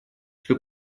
что